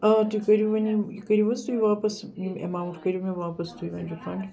آ تُہۍ کٔرِو وۄنۍ کٔرِو حظ تُہۍ واپَس یِم ایٚماوُنٛٹ کٔرِو مےٚ واپَس تُہۍ وۄنۍ رِفنٛڈ